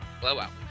Blowout